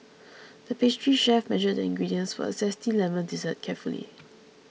the pastry chef measured the ingredients for a Zesty Lemon Dessert carefully